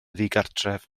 ddigartref